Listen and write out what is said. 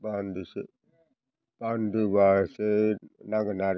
बान्दोसे बान्दोबासो नांगोन आरोखि